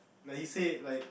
like he say like